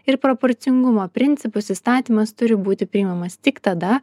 ir proporcingumo principus įstatymas turi būti priimamas tik tada